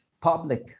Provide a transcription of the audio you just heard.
public